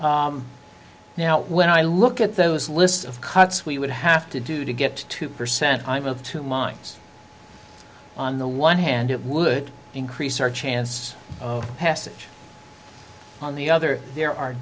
now when i look at those lists of cuts we would have to do to get two percent i'm of two minds on the one hand it would increase our chance of passage on the other there are